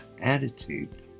attitude